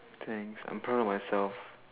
thanks I am proud of myself